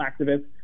activists